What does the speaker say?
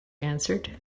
answered